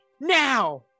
now